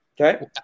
Okay